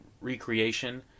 recreation